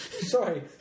sorry